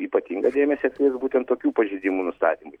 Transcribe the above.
ypatingą dėmesį būtent tokių pažeidimų nustatymui